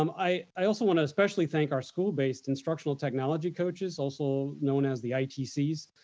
um i i also wanna especially thank our school based instructional technology coaches, also known as the itcs.